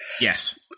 Yes